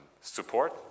support